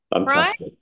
Right